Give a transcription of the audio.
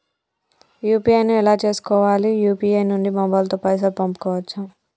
UPI ను ఎలా చేస్కోవాలి యూ.పీ.ఐ నుండి మొబైల్ తో పైసల్ పంపుకోవచ్చా?